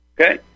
Okay